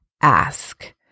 ask